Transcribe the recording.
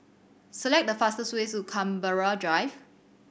select the fastest way to Canberra Drive